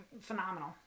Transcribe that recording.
phenomenal